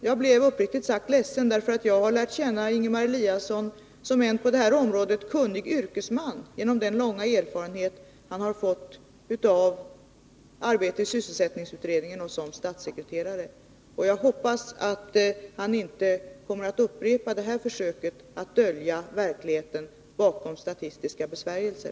Jag blev uppriktigt sagt ledsen, eftersom jag har lärt 15 att förkorta väntetiderna på arbetsförmedlingarna känna Ingemar Eliasson som en kunnig yrkesman, med lång erfarenhet på arbetsmarknadsområdet genom verksamhet i sysselsättningsutredningen och som statssekreterare. Jag hoppas att han inte kommer att göra några nya sådana försök att dölja verkligheten bakom statistiska besvärjelser.